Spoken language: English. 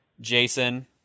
Jason